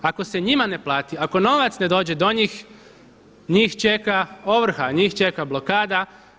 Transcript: Ako se njima ne plati, ako novac ne dođe do njih njih čeka ovrha, njih čeka blokada.